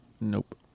nope